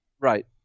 Right